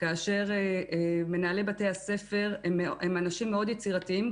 כאשר מנהלי בתי הספר הם אנשים מאוד יצירתיים,